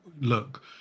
look